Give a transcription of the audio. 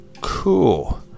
Cool